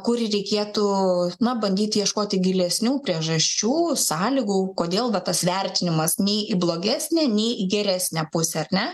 kur reikėtų na bandyti ieškoti gilesnių priežasčių sąlygų kodėl va tas vertinimas nei į blogesnę nei į geresnę pusę ar ne